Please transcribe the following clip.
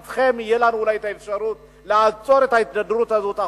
אתכם תהיה לנו אולי האפשרות לעצור את ההידרדרות הזאת.